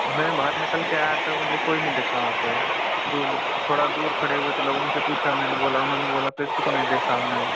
मैं बाहर निकल कर आया तो मुझे कोई नहीं दिखा वहाँ पे दूर थोड़ा दूर खड़े हुए थे लोग उनसे पूछा मैंने बोला उन्होंने बोला किसी को नहीं देखा हमने